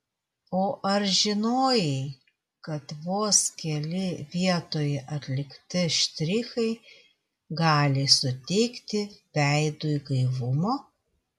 o ar žinojai kad vos keli vietoje atlikti štrichai gali suteikti veidui gaivumo